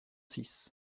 six